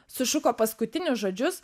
sušuko paskutinius žodžius